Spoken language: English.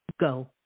go